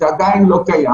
זה עדיין לא קיים.